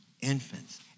infants